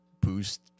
boost